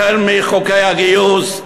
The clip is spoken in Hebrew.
החל בחוקי הגיוס,